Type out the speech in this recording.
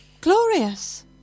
Glorious